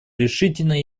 решительно